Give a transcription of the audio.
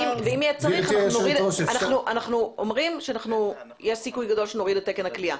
אנחנו אומרים שיש סיכוי גדול שנוריד את תקן הכליאה.